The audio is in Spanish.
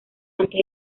antes